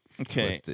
Okay